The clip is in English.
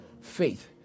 Faith